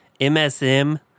MSM